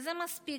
וזה מספיק.